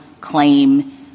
claim